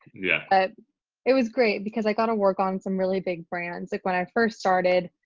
yeah ah it was great because i got to work on some really big brands like when i first started,